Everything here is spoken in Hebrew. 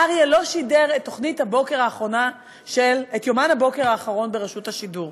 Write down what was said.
אריה לא שידר את יומן הבוקר האחרון ברשות השידור.